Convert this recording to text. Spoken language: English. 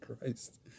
Christ